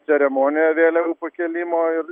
ceremonija vėliavų pakėlimo ir